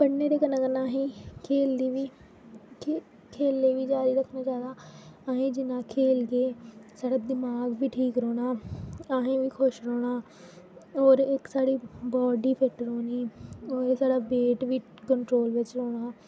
पढ़ने दे कन्नै कन्नै अहें ई खेल्लदे बी खेल खेल्लना बी जारी रखना चाहि्दा अहें जि'न्ना खेल्लगे साढ़े दमाक बी ठीक रौह्नां अहें खुश रौह्ना होर इक साढ़ी बॉडी फिट रौह्नी होर साढ़ा वेट बी कंट्रोल बिच रौह्ना हा